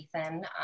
Ethan